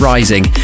Rising